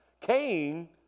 Cain